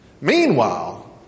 Meanwhile